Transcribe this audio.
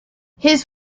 his